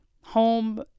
Home